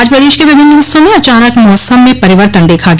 आज प्रदेश के विभिन्न हिस्सों में अचानक मौसम में परिवर्तन देखा गया